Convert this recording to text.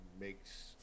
Makes